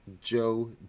Joe